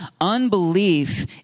Unbelief